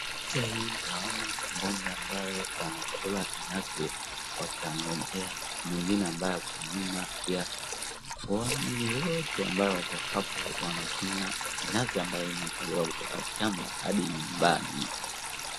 Picha hii naona ng'ombe ambao wanakula nyasi wakiongojea, na mwingine ambaye ako nyuma pia, wote ambayo wako hapo wanakula nyasi ambayo imetolewa kutoka kwa shamba hadi nyumbani.